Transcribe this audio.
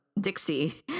Dixie